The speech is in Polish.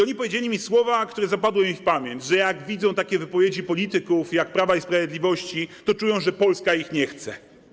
Oni powiedzieli mi słowa, które zapadły mi w pamięć - że jak słyszą takie wypowiedzi polityków jak wypowiedzi polityków Prawa i Sprawiedliwości, to czują, że Polska ich nie chce.